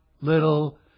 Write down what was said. little